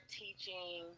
teaching